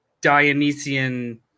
Dionysian